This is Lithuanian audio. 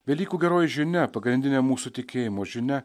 velykų geroji žinia pagrindinė mūsų tikėjimo žinia